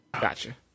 Gotcha